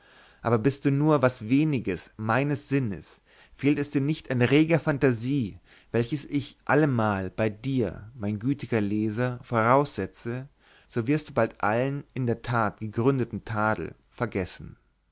aber bist du nur was weniges meines sinnes fehlt es dir nicht an reger fantasie welches ich allemal bei dir mein gütiger leser voraussetze so wirst du bald allen in der tat gegründeten tadel vergessen